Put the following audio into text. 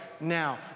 now